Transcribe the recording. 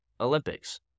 Olympics